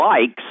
likes